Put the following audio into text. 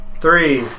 three